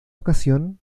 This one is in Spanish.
ocasión